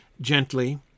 Gently